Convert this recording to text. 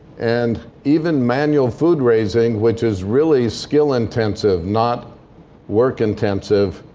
and even manual food-raising, which is really skill-intensive, not work-intensive,